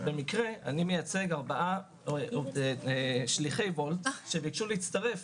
אני מייצג 4 שליחי וולט שביקשו להצטרף